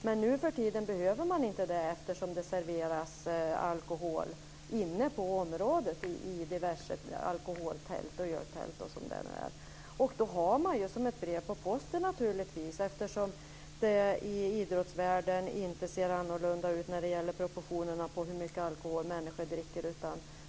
Men nu för tiden behöver man inte det eftersom det serveras alkohol inne på området i diverse öltält osv. Då kommer naturligtvis resultatet som ett brev på posten: I idrottsvärlden ser det inte annorlunda när det gäller proportionerna på hur mycket alkohol människor dricker.